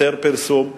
יותר פרסום,